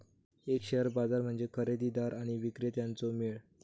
एक शेअर बाजार म्हणजे खरेदीदार आणि विक्रेत्यांचो मेळ